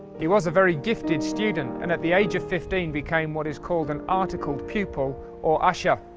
he was a very gifted student and at the age of fifteen became what is called an article pupil or usha.